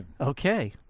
Okay